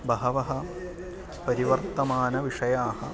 बहवः परिवर्तमानविषयाः